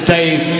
Dave